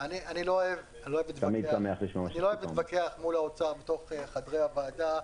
אוהב להתווכח מול האוצר בתוך חדרי הוועדה,